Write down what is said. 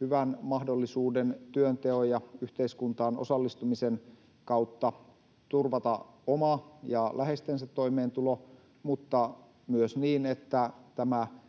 hyvän mahdollisuuden työnteon ja yhteiskuntaan osallistumisen kautta turvata oma ja läheistensä toimeentulo, mutta myös niin, että tämä